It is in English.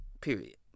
period